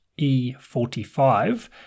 E45